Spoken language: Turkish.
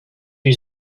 yüz